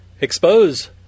expose